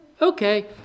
Okay